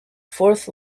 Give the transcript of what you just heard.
fourth